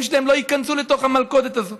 שלהם לא ייכנסו לתוך המלכודת הזאת.